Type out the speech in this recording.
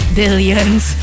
billions